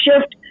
shift